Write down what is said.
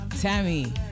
Tammy